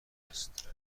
هست